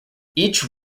each